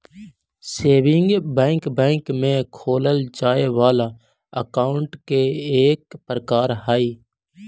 saving bank bank में खोलल जाए वाला अकाउंट के एक प्रकार हइ